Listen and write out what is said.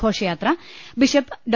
ഘോഷയാത്ര ബിഷപ് ഡോ